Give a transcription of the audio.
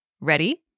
Ready